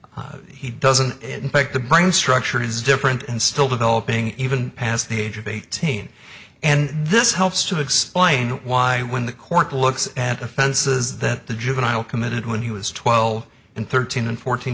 he doesn't in fact the brain structure is different and still developing even past the age of eighteen and this helps to explain why when the court looks at offenses that the juvenile committed when he was twelve and thirteen and fourteen